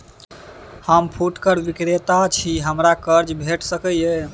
हम फुटकर विक्रेता छी, हमरा कर्ज भेट सकै ये?